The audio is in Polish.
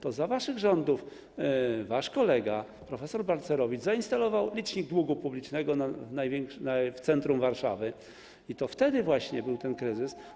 To za waszych rządów wasz kolega, prof. Balcerowicz, zainstalował licznik długu publicznego w centrum Warszawy i to wtedy właśnie był ten kryzys.